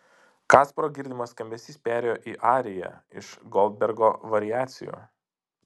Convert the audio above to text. kasparo girdimas skambesys perėjo į ariją iš goldbergo variacijų